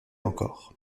encore